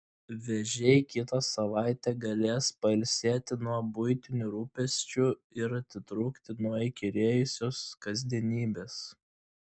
vėžiai kitą savaitę galės pailsėti nuo buitinių rūpesčių ir atitrūkti nuo įkyrėjusios kasdienybės